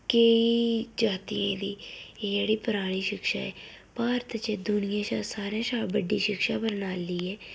केईं जातियें दी एह् जेह्ड़ी परानी शिक्षा ऐ भारत च एह् दुनिया शा सारें शा बड्डी शिक्षा प्रणाली ऐ